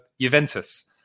Juventus